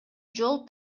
жол